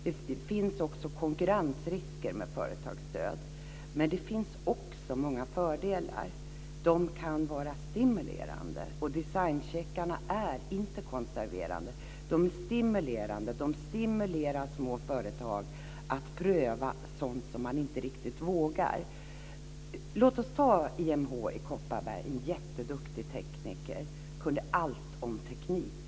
Det finns även konkurrensrisker med företagsstöd, men det finns också många fördelar. Det kan vara stimulerande, och designcheckarna är inte konserverande. De är stimulerande. De stimulerar små företag att pröva sådant som man inte riktigt vågar. Låt oss ta exemplet med IMH i Kopparberg - en jätteduktig tekniker som kunde allt om teknik.